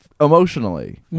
Emotionally